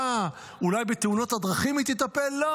אה, אולי בתאונות הדרכים היא תטפל?